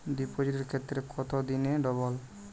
ডিপোজিটের ক্ষেত্রে কত দিনে ডবল?